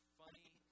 funny